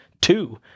two